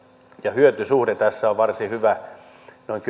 hyötysuhde tässä on varsin hyvä noin